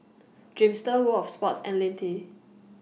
Dreamster World of Sports and Lindt